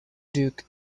duke